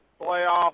playoff